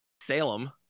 Salem